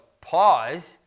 pause